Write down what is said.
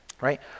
right